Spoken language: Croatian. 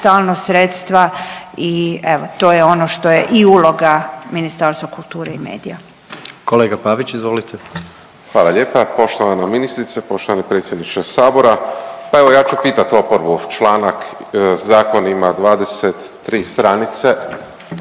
stalno sredstva i evo to je ono što je i uloga Ministarstva kulture i medija. **Jandroković, Gordan (HDZ)** Kolega Pavić, izvolite. **Pavić, Marko (HDZ)** Hvala lijepa. Poštovana ministrice, poštovani predsjedniče sabora, pa evo ja ću pitati oporbu, članak, zakon ima 23 stranice,